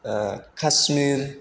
Kashmir